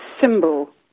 symbol